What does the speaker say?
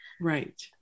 Right